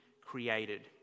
created